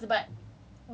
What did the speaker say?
which is why like we